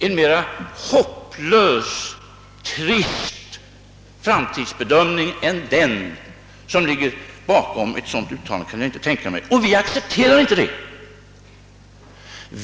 En mera hopplös och trist framtidsbedömning än den som ligger bakom ett sådant uttalande kan jag inte tänka mig. Vi accepterar den inte.